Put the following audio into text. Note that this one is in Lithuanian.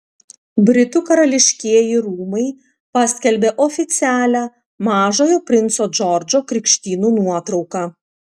britų karališkieji rūmai paskelbė oficialią mažojo princo džordžo krikštynų nuotrauką